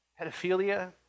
pedophilia